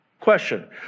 Question